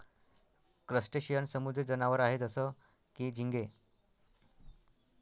crustacean समुद्री जनावर आहे जसं की, झिंगे